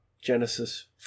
Genesis